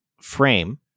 frame